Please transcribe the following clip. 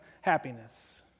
happiness